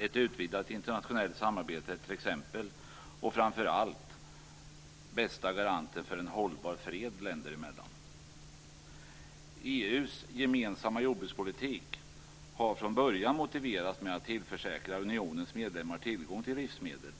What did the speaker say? Ett utvidgat internationellt samarbete är den bästa garanten för en hållbar fred länder emellan. EU:s gemensamma jordbrukspolitik har från början motiverats med att tillförsäkra unionens medlemmar tillgång till livsmedel,